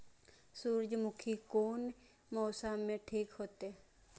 सूर्यमुखी कोन मौसम में ठीक होते?